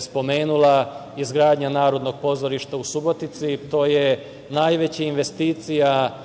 spomenula, izgradnja Narodnog pozorišta u Subotici. To je najveća investicija